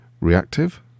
reactive